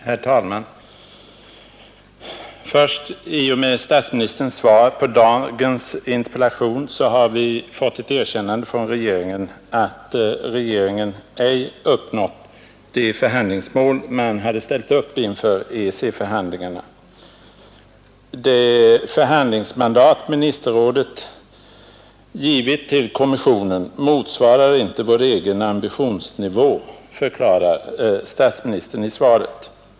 Herr talman! Först i och med statsministerns svar i dag på herr Heléns interpellation har vi fått ett erkännande från regeringen av att regeringen ej uppnått det förhandlingsmål, som hade ställts upp inför EEC-förhandlingarna. Det förhandlingsmandat ministerrådet gett till kommissionen motsvarar inte vår egen ambitionsnivå, förklarar statsministern i svaret.